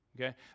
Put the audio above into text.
Okay